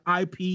IP